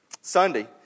Sunday